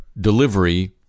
delivery